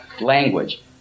language